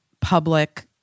public